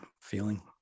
feeling